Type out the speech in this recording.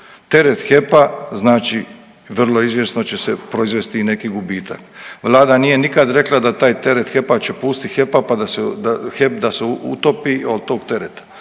Teret HEP-a znači vrlo izvjesno će se proizvesti i neki gubitak. Vlada nije nikad rekla da taj teret HEP-a će pustit HEP-a pa da se, HEP da se utopi od tog tereta,